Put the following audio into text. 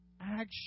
action